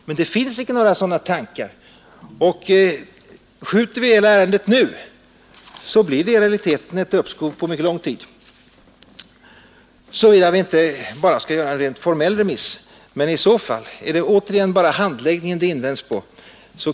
Men det finns icke några sådana tankar, och skjuter vi på hela ärendet nu, så blir det i realiteten ett uppskov på mycket lång tid. Men i så fall är det återigen inte bara handläggningen det invänds mot. Då gäller det i realiteten målsättningen.